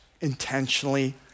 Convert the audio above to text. intentionally